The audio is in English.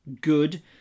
good